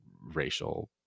racial